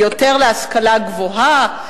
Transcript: יותר להשכלה גבוהה,